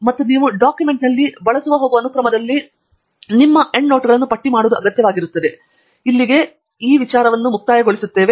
ಮತ್ತು ನಿಮ್ಮ ಡಾಕ್ಯುಮೆಂಟ್ನಲ್ಲಿ ನೀವು ಬಳಸಲು ಹೋಗುವ ಅನುಕ್ರಮದಲ್ಲಿ ನಿಮ್ಮ ಡಾಕ್ಯುಮೆಂಟ್ನ ಕೊನೆಯಲ್ಲಿ ಎಂಡ್ನೋಟ್ಗಳನ್ನು ಪಟ್ಟಿಮಾಡುವುದು ಅಗತ್ಯವಾಗಿರುತ್ತದೆ